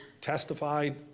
testified